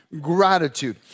Gratitude